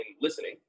listening